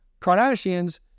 Kardashians